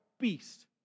Beast